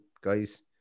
guys